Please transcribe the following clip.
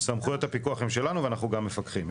סמכויות הפיקוח הן שלנו ואנחנו גם מפקחים.